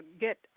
get